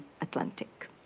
Atlantic